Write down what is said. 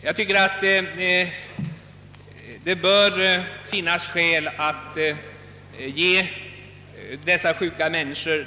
Jag anser att det finns skäl att ge de sjuka denna möjlighet.